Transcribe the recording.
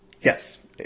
Yes